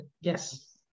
Yes